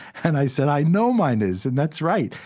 and i said, i know mine is, and that's right.